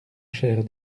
cher